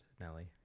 nelly